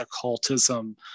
occultism